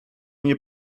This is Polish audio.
nie